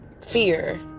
fear